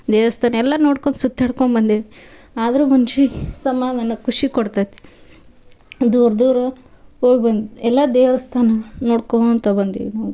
ದೇವಸ್ಥಾನ ಎಲ್ಲ ನೋಡ್ಕೊಂಡ್ ಸುತ್ತಾಡ್ಕೊಂಡ್ಬಂದಿವಿ ಆದರೂ ಮನ್ಷಿ ಸಮಾಧಾನ ಖುಷಿ ಕೊಡ್ತೈತೆ ದೂರ ದೂರ ಹೋಗಿ ಬಂದು ಎಲ್ಲ ದೇವಸ್ಥಾನ ನೋಡ್ಕೋತ ಬಂದಿವಿ ನಾವು